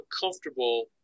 comfortable